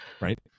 right